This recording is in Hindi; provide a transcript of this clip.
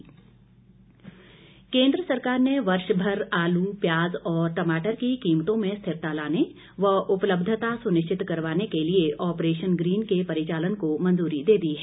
ऑपरेशन ग्रीन केंद्र सरकार ने वर्ष भर आल प्याज और टमाटर की कीमतों में स्थिरता लाने व उपलब्धता सुनिश्चित करवाने के लिए ऑपरेशन ग्रीन के परिचालन को मंजूरी दे दी है